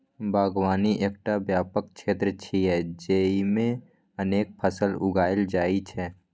बागवानी एकटा व्यापक क्षेत्र छियै, जेइमे अनेक फसल उगायल जाइ छै